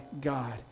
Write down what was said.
God